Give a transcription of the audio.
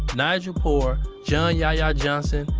nigel poor, john yahya johnson,